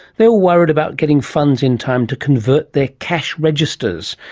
they were worried about getting funds in time to convert their cash registers.